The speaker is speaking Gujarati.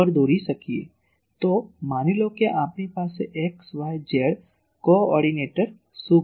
તો માની લો કે આપણી પાસે x y z coordinate શું કરે છે